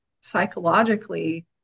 psychologically